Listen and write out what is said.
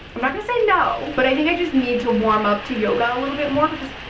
i'm not gonna say no, but i think i just need to warm up to yoga a little bit more because,